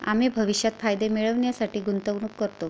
आम्ही भविष्यात फायदे मिळविण्यासाठी गुंतवणूक करतो